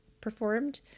performed